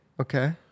Okay